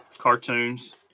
cartoons